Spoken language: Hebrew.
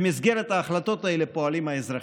במסגרת ההחלטות האלה פועלים האזרחים.